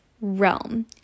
realm